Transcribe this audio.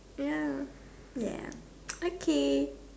ya ya okay